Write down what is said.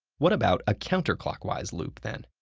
what about a counterclockwise loop then?